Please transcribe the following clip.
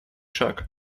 шаг